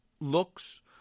looks